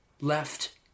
left